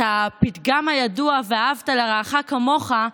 את הפתגם הידוע "ואהבת לרעך כמוך"